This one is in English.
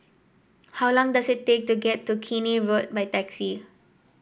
how long does it take to get to Keene Road by taxi